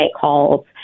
calls